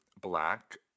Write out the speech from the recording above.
black